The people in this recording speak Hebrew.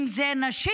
אם זה נשים,